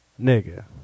Nigga